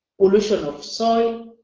pollution of soil.